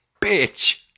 bitch